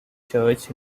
church